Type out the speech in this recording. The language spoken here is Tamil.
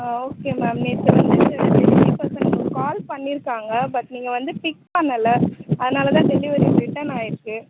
ஆ ஓகே மேம் நேற்று வந்து டெலிவரி பசங்க உங்களுக்கு கால் பண்ணிருக்காங்க பட் நீங்கள் வந்து பிக் பண்ணலை அதனால தான் டெலிவரி ரிட்டர்ன் ஆயிருக்கு